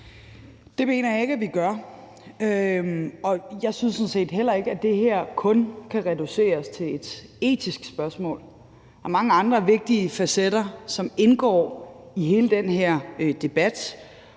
Det mener jeg ikke vi gør. Og jeg synes sådan set heller ikke, at det her kun kan reduceres til et etisk spørgsmål. Der er mange andre vigtige facetter, som indgår i hele den her debat,